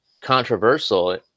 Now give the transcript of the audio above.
controversial